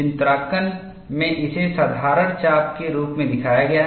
चित्रांकन में इसे साधारण चाप के रूप में दिखाया गया है